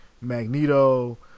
Magneto